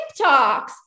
TikToks